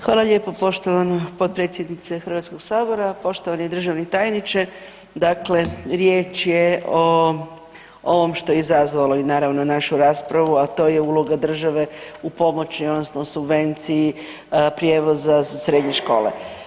Hvala lijepo poštovana potpredsjednice HS-a, poštovani državni tajniče, dakle riječ je o ovom što je izazvalo, i naravno, našu raspravu, a to je uloga države u pomoći, odnosno subvenciji prijevoza za srednje škole.